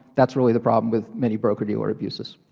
that's really the problem with many broker dealer abuses.